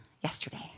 Yesterday